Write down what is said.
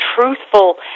truthful